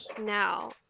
now